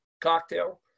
cocktail